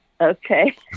okay